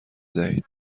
دهید